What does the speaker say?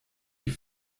die